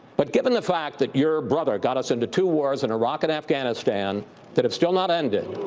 but, given the fact that your brother got us into two wars in iraq and afghanistan that have still not ended.